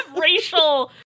racial